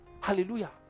Hallelujah